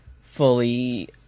fully